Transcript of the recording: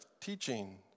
teaching